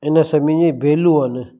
इन सभीनि जी भेलूं आहिनि